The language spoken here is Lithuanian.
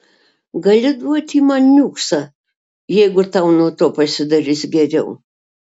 gali duoti man niuksą jeigu tau nuo to pasidarys geriau